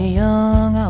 young